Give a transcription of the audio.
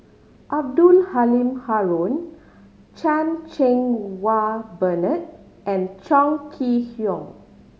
Abdul Halim Haron Chan Cheng Wah Bernard and Chong Kee Hiong